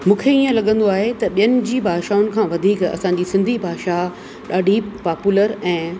मूंखे ईअं लॻंदो आहे त ॿियनि जी भाषाऊनि खां वधीक असांजी सिंधी भाषा ॾाढी पापूलर ऐं